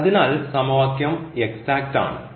അതിനാൽ സമവാക്യം എക്സാക്റ്റ് ആണ്